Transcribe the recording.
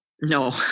no